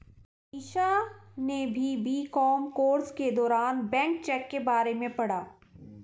अमीषा ने BCom course के दौरान बैंक चेक के बारे में पढ़ा